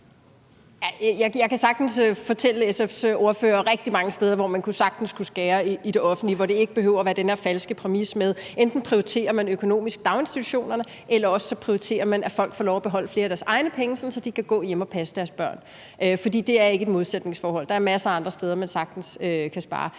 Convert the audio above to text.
rigtig mange steder, hvor man sagtens kunne skære i det offentlige – hvor det ikke behøver at være den her falske præmis med, at enten prioriterer man økonomisk daginstitutionerne, eller også prioriterer man, at folk får lov at beholde flere af deres egne penge, sådan at de kan gå hjemme og passe deres børn. For det er ikke et modsætningsforhold. Der er masser af andre steder, hvor man sagtens kan spare.